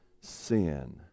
sin